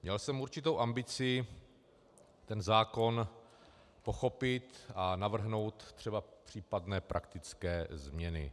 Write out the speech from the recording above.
Měl jsem určitou ambici ten zákon pochopit a navrhnout třeba případné praktické změny.